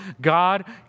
God